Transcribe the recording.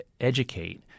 educate